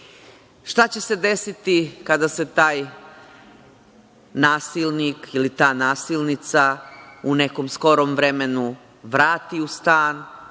će se desiti kada se taj nasilnik ili ta nasilnica u nekom skorom vremenu vrati u stan?